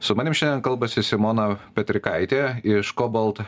su manim šiandien kalbasi simona petrikaitė iš cobalt